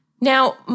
Now